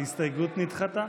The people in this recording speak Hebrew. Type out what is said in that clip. ההסתייגות נדחתה.